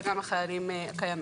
וגם החיילים הקיימים.